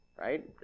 right